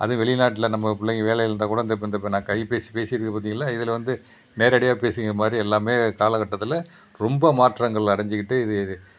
அதுவும் வெளிநாட்டில் நம்ம பிள்ளைங்க வேலையில் இருந்தால் கூட அந்த இப்போ இந்த இப்போ நான் கைப்பேசி பேசிட்டுருக்கேன் பார்த்திங்களா இதில் வந்து நேரடியாக பேசிக்கிற மாதிரி எல்லாம் காலக்கட்டத்தில் ரொம்ப மாற்றங்கள் அடைஞ்சிக்கிட்டு இது இது